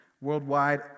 Worldwide